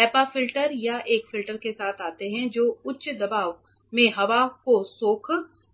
HEPA filter या एक filter के साथ आते हैं जो उच्च दबाव में हवा को सोख लेता है